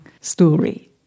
story